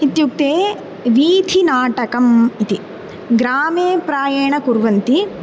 इत्युक्ते वीथिनाटकम् इति ग्रामे प्रायेण कुर्वन्ति